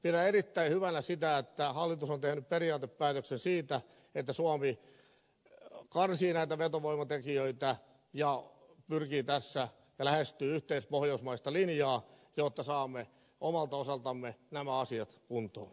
pidän erittäin hyvänä sitä että hallitus on tehnyt periaatepäätöksen siitä että suomi karsii näitä vetovoimatekijöitä ja lähestyy tässä yhteispohjoismaista linjaa jotta saamme omalta osaltamme nämä asiat kuntoon